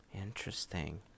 Interesting